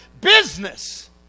business